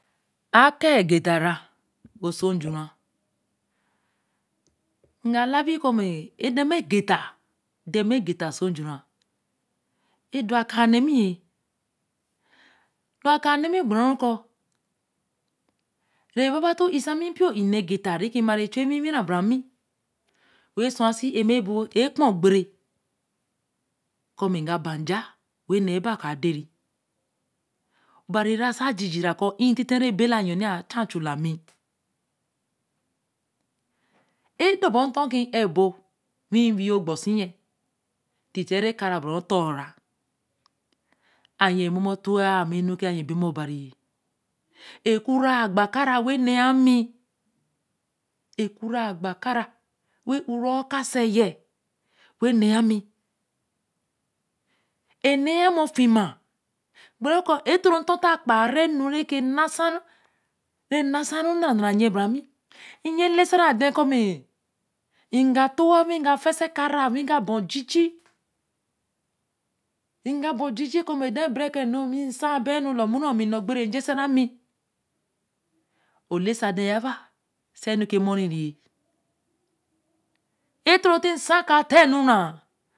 A kai geta ra ōso njure na la bi koo m̄me e da ma geta e da ma geta osuju re, edo a kaa nee mi, do kan nse mi ke gbere kōo, re baba toō ē sa mi npio ē nēe geta re ki ma rēe chu ewiwi ra bara mi, wen su ma se emme e-bo- ekpen ogpe re kōo mi ga ba nja wen nee bāa kōo a den re. bari ra sāa jifira kēe ō nan̄ te-nn ra ba la yo chri a chu jumi- e do bo etor ki e ba wi wei ōkpo se yen ti te re ka ra ba ra ka ra bara otorra-a yen mo mo towaa mi enu kōo yen be ma obari ye, eku ra kpakara wen nee yaa mi, eku ra kpakara wen nee yaa i, eku ra kpakara wen o ra okase yen, wen na ye mi e naa mi ofi ma gbere koo eita kpa ra nu re ke na sa ru na ra na ra yen bere mi eyen lese re than koo mi, ega to wa wei ga fa se ka ra wiga ba oji-jie, nga ba oji-jie koo mme daa ebere re keen nu re nsa bann e-nu lor mo ru bi nee ogpe re ejeseram, o lesa than ya baa se nura ke more o toto tie nsa ka nuraa.